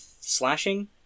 slashing